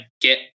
get